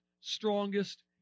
strongest